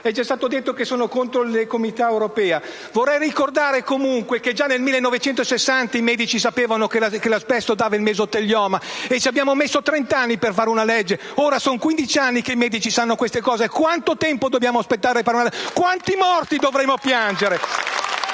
È già stato detto che sono contro la Comunità europea. Occorre ricordare, comunque, che già nel 1960 i medici sapevano che l'asbesto provocava il mesotelioma e ci abbiamo messo trent'anni per fare una legge. Ora sono quindici anni che i medici sanno queste cose. Quanto tempo dobbiamo aspettare? Quanti morti dovremo piangere?